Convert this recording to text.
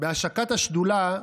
בהשקת השדולה,